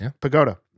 pagoda